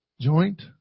Joint